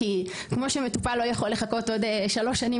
כי כמו שמטופל לא יכול לחכות עוד שלוש שנים